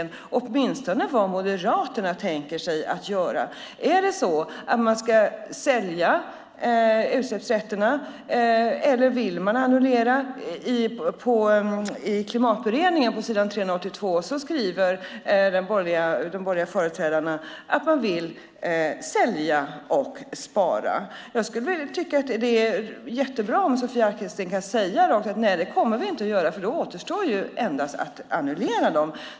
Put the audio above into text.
Hon kunde åtminstone svara på vad Moderaterna tänker sig att göra. Ska man sälja utsläppsrätterna eller vill man annullera? På s. 382 i Klimatberedningens betänkande skriver de borgerliga företrädarna att de vill sälja och spara. Det vore bra om Sofia Arkelsten kunde säga att det tänker man inte göra, för då återstår endast att annullera dem.